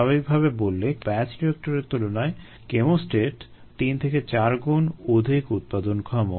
স্বাভাবিকভাবে বললে ব্যাচ রিয়েক্টরের তুলনায় কেমোস্ট্যাট তিন থেকে চারগুণ অধিক উৎপাদনক্ষম